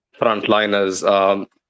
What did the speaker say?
frontliners